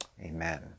Amen